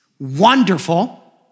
wonderful